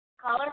Caller